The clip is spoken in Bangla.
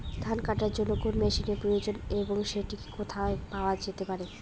ধান কাটার জন্য কোন মেশিনের প্রয়োজন এবং সেটি কোথায় পাওয়া যেতে পারে?